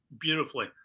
beautifully